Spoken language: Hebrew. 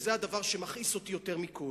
וזה הדבר שמכעיס אותי יותר מכול,